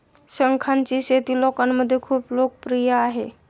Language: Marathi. शंखांची शेती लोकांमध्ये खूप लोकप्रिय आहे